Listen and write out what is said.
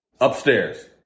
upstairs